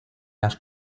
las